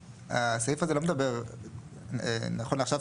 הסעיף הזה לא מדבר נכון לעכשיו,